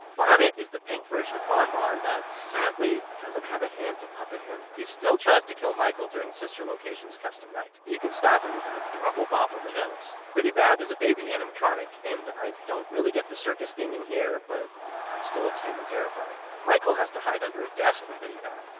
bonnet is the pink version of bon-bon that, sadly, doesn't have a hand to puppet him. he still tries to kill michael during sister location's custom night, but you can stop it with an adorable bop on the nose. bidybab is a baby animatronic, and i don't really get the circus theming there, but i'm still extremely terrified. michael has to hide under a desk from bidybab,